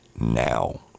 now